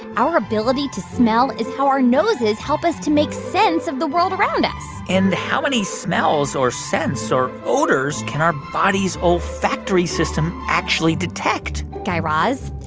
our ability to smell is how our noses help us to make sense of the world around us and how many smells or scents or odors can our body's olfactory system actually detect? guy raz,